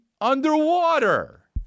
underwater